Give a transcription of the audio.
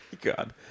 God